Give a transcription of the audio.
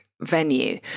venue